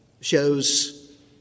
shows